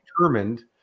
determined